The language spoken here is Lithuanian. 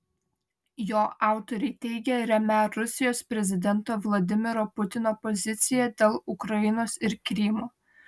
jo autoriai teigia remią rusijos prezidento vladimiro putino poziciją dėl ukrainos ir krymo